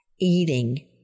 eating